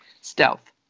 Stealth